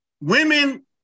women